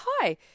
hi